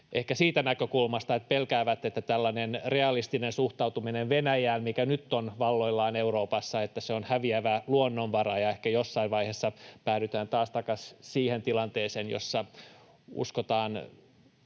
ehkä siitä näkökulmasta, että pelkäävät, että tällainen realistinen suhtautuminen Venäjään, mikä nyt on valloillaan Euroopassa, on häviävä luonnonvara ja ehkä jossain vaiheessa päädytään taas takaisin siihen tilanteeseen, jossa ollaan